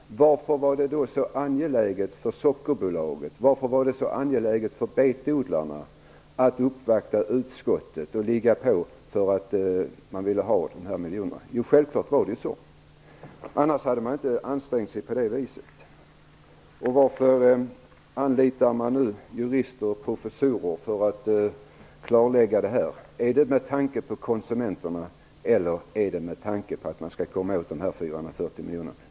Varför var det då så angeläget för Sockerbolaget och för betodlarna att uppvakta utskottet? Självklart var det för att få ut dessa miljoner. Annars hade man inte ansträngt sig på det viset. Och varför anlitar man nu jurister och professorer för att klarlägga detta? Är det med tanke på konsumenterna eller med tanke på att komma åt de 440 miljonerna?